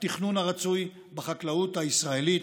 התכנון הרצוי בחקלאות הישראלית,